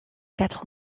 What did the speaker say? quatre